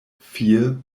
vier